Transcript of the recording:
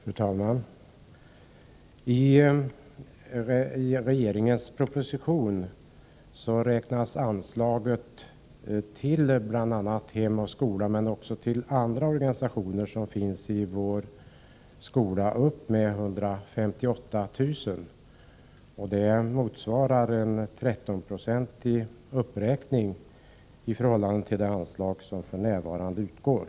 Fru talman! I propositionen uppräknas anslaget till Hem och Skola men också till andra organisationer som finns i skolan med 158 000. Det är en 13-procentig uppräkning i förhållande till det anslag som för närvarande utgår.